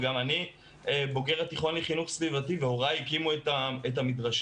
וגם אני בוגר התיכון לחינוך סביבתי והורי הקימו את המדרשה,